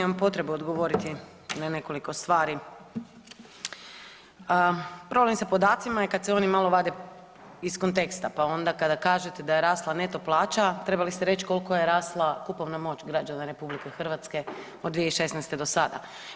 Imam potrebu odgovoriti na nekoliko stvari, problem je sa podacima jer kad se oni malo vade iz konteksta pa onda kada kažete da je rasla neto plaća trebali ste rekli koliko je rasla kupovna moć građana RH od 2016.do sada.